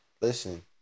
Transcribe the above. Listen